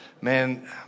man